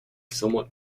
somewhat